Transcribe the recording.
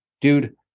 dude